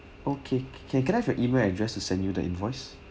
okay can can I have your email address to send you the invoice